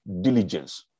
diligence